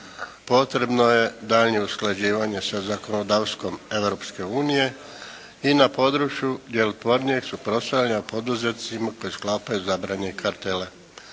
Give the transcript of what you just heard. Potrebno je daljnje usklađivanje sa zakonodavstvom Europske unije i na području djelotvornijeg suprotstavljanja poduzetnicima koji sklapaju zabranjene kartele.